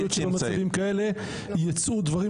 יכול להיות שבמצבים כאלה ייצאו דברים